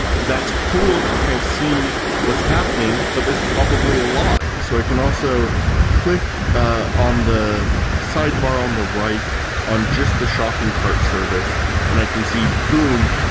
that's cool to kind of see what's happening, but there's probably a lot. so i can also click ah on the sidebar on the right on just the shopping cart service and i can see, boom!